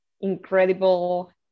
incredible